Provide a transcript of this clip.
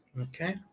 Okay